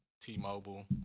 T-Mobile